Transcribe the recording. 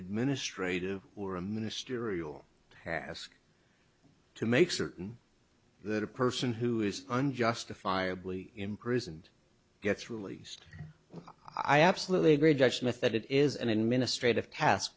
administrative or a ministerial task to make certain that a person who is unjustifiably imprisoned gets released i absolutely agree judge smith that it is an administrative tas